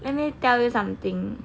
let me they tell you something